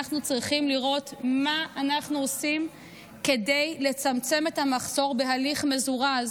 אנחנו צריכים לראות מה אנחנו עושים כדי לצמצם את המחסור בהליך מזורז,